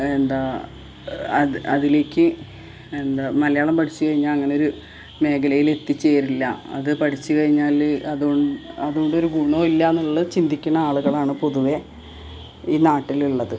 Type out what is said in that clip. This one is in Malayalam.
എന്താണ് അതിലേക്ക് എന്താണ് മലയാളം പഠിച്ചുകഴിഞ്ഞാല് അങ്ങനൊരു മേഖലയിലെത്തിച്ചേരില്ല അത് പഠിച്ചുകഴിഞ്ഞാല് അതുകൊണ്ടൊരു ഗുണം ഇല്ല എന്നുള്ള ചിന്തിക്കുന്ന ആളുകളാണ് പൊതുവെ ഈ നാട്ടിലുള്ളത്